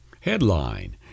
headline